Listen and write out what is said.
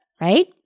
Right